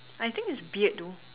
I think it's beard though